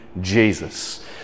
Jesus